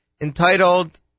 entitled